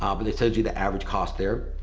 um and it tells you the average cost there.